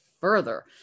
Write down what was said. further